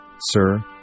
Sir